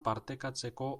partekatzeko